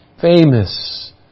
famous